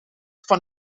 van